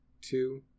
two